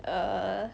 err